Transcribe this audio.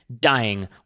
dying